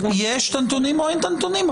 יש את הנתונים או אין את הנתונים?